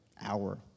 hour